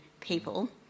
people